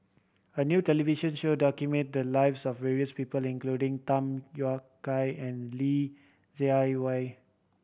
a new television show documented the lives of various people including Tham Yui Kai and Li Jiawei